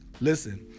Listen